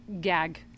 gag